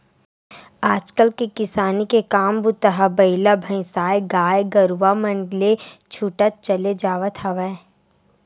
आज के किसानी के काम बूता ह बइला भइसाएगाय गरुवा मन ले छूटत चले जावत हवय